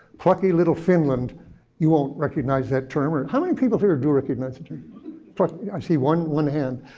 plucky little finland you won't recognize that term, or how many people here do recognize that term? i see one one hand.